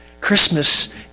Christmas